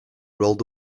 rolled